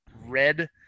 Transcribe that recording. red